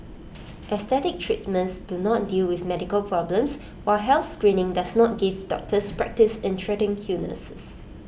aesthetic treatments do not deal with medical problems while health screening does not give doctors practice in treating illnesses